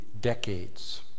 decades